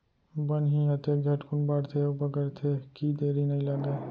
बन ही अतके झटकुन बाढ़थे अउ बगरथे कि देरी नइ लागय